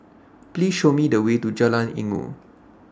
Please Show Me The Way to Jalan Inggu